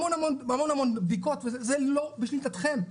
המון בדיקות וזה לא בשליטתכם.